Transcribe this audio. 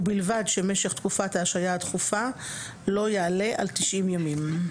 ובלבד שמשך תקופת ההשעיה הדחופה לא תעלה על 90 ימים."